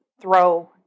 throw